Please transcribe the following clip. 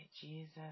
Jesus